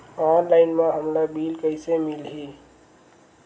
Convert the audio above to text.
Online म हमला bill कइसे मिलही?